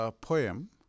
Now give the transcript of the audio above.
poem